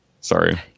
Sorry